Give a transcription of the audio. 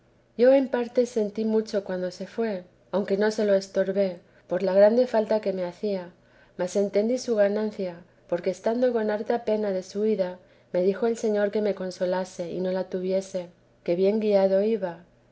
yo en parte sentí mucho cuando se fué aunque no se lo estorbé por la grande falta que me hacía mas entendí su ganancia porque estando con harta pena de su ida me dijo el señor que me consolase y no la tuviese que bien guiado iba